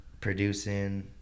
producing